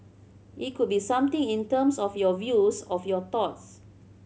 it could be something in terms of your views of your thoughts